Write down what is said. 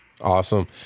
Awesome